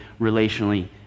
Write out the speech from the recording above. relationally